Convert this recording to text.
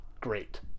great